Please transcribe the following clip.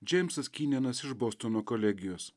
džeimsas kynenas iš bostono kolegijos